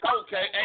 okay